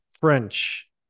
French